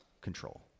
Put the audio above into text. control